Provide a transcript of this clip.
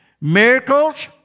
Miracles